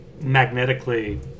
magnetically